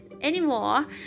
anymore